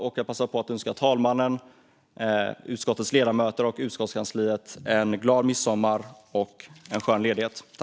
Jag passar också på att önska talmannen, utskottets ledamöter och utskottskansliet en glad midsommar och en skön ledighet.